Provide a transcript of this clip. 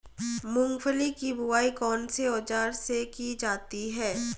मूंगफली की बुआई कौनसे औज़ार से की जाती है?